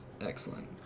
Excellent